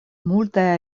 multaj